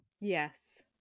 Yes